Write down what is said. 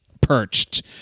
perched